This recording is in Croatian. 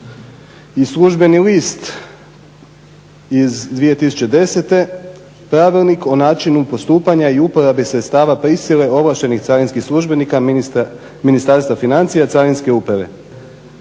i službeni list iz 2010. Pravilnik o načinu postupanja i uporabe sredstava prisile ovlaštenih carinskih službenika Ministarstva financija i Carinske uprave.